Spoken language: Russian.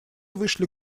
вышли